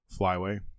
flyway